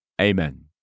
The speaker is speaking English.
amen